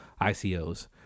ICOs